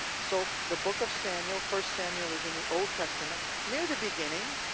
so the book of samuel, first samuel is in the old testament, near the beginning,